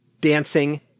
Dancing